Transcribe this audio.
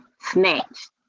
snatched